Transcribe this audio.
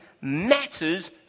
matters